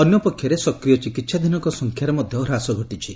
ଅନ୍ୟ ପକ୍ଷରେ ସକ୍ରିୟ ଚିକିହାଧୀନଙ୍କ ସଂଖ୍ୟାରେ ମଧ୍ୟ ହ୍ରାସ ଘଟିଛି